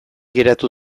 geratu